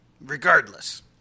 Regardless